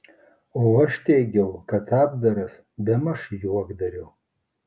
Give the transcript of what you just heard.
o aš teigiau kad apdaras bemaž juokdario